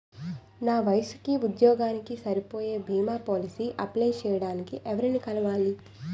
నా వయసుకి, ఉద్యోగానికి సరిపోయే భీమా పోలసీ అప్లయ్ చేయటానికి ఎవరిని కలవాలి?